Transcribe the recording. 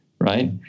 right